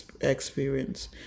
experience